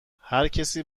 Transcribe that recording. هرکسی